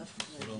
שלום